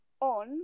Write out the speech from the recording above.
on